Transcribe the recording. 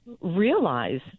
realize